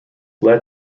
led